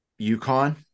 UConn